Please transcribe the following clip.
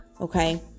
okay